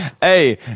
Hey